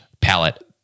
palette